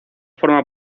forma